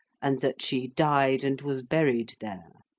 and that she died and was buried there.